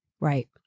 right